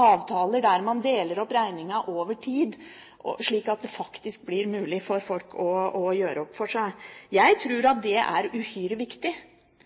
avtaler der man deler opp regningen over tid, slik at det faktisk blir mulig for folk å gjøre opp for seg. Jeg tror at det er uhyre viktig